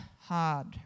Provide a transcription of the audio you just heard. hard